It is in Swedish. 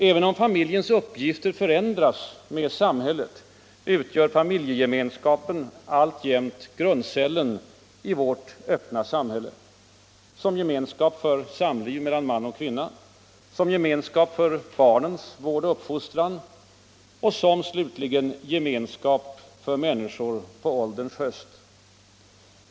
Även om familjens uppgifter förändras med samhället utgör familjegemenskapen alltjämt grundcellen i vårt öppna samhälle — som gemenskap för samliv mellan man och kvinna, som gemenskap för barnens vård och uppfostran och slutligen som gemenskap för människor på ålderns höst.